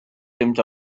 dreamed